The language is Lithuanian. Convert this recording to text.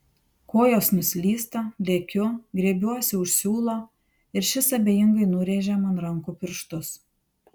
kojos nuslysta lekiu griebiuosi už siūlo ir šis abejingai nurėžia man rankų pirštus